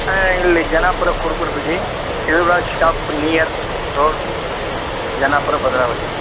ಹಾಂ ಇಲ್ಲಿ ಜನ್ನಾಪುರ ಕುರ್ಬುರ ಬೀದಿ Shivraj shop near road Jannapura Bhadravati